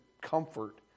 comfort